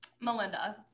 Melinda